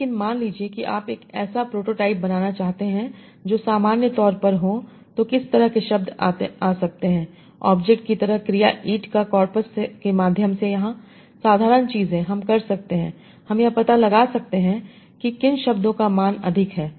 लेकिन मान लीजिए कि आप एक ऐसा प्रोटो टाइप बनाना चाहते हैं जो सामान्य तौर पर हो तो किस तरह के शब्द आ सकते हैं ऑब्जेक्ट की तरह क्रिया ईट का कॉर्पस के माध्यम से यहां 1 साधारण चीज़ है हम कर सकते हैं हम यह पता लगा सकते हैं कि किन शब्दों का मान अधिक है